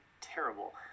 terrible